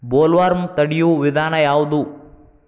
Bollworm ತಡಿಯು ವಿಧಾನ ಯಾವ್ದು?